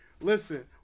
Listen